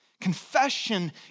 Confession